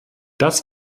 das